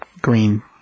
green